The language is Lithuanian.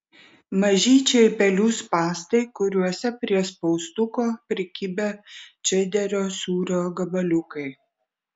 mažyčiai pelių spąstai kuriuose prie spaustuko prikibę čederio sūrio gabaliukai